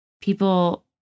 people